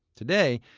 today,